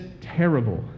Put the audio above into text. terrible